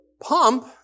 pump